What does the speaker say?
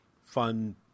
fun